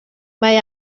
mae